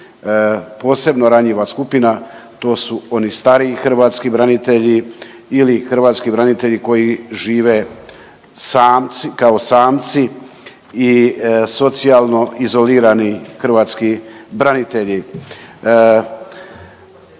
posebno ranjiva skupina, to su oni stariji hrvatski branitelji ili hrvatski branitelji koji žive kao samci i socijalno izolirani hrvatski branitelji.